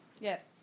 Yes